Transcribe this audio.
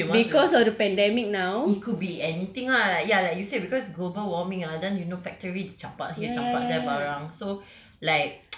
oh he want to it could be anything lah ya like you said because global warming ah then you know factory they campak here campak there barang so like